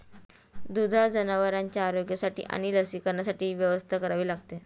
दुधाळ जनावरांच्या आरोग्यासाठी आणि लसीकरणासाठी व्यवस्था करावी लागते